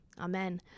Amen